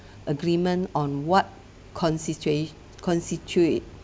agreement on what constitute constitutes